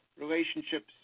relationships